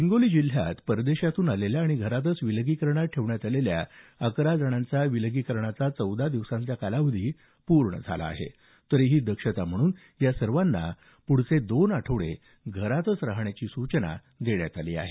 हिंगोली जिल्ह्यात परदेशातून आलेल्या आणि घरातच विलगीकरणात ठेवण्यात आलेल्या अकरा जणांचा विलगीकरणाचा चौदा दिवसांचा कालावधी पूर्ण झाला आहे तरीही दक्षता म्हणून या सर्वांना पुढचे दोन आठवडे घरातच राहण्याची सूचना देण्यात आली आहे